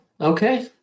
Okay